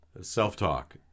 Self-talk